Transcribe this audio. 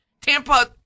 Tampa